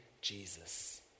Jesus